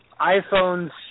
iPhone's